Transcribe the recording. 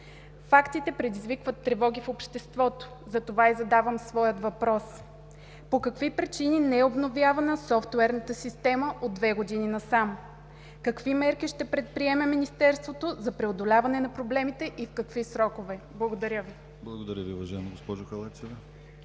Фактите предизвикват тревоги в обществото, затова и задавам своя въпрос – по какви причини не е обновявана софтуерната система от две години насам? Какви мерки ще предприеме Министерството за преодоляване на проблемите и в какви срокове? Благодаря Ви. ПРЕДСЕДАТЕЛ ДИМИТЪР ГЛАВЧЕВ: Благодаря